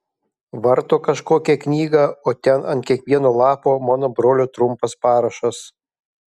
varto kažkokią knygą o ten ant kiekvieno lapo mano brolio trumpas parašas